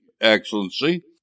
Excellency